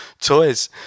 toys